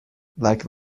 like